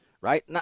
right